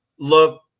Look